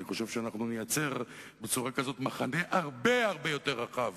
אני חושב שאנחנו נייצר בצורה כזאת מחנה הרבה הרבה יותר רחב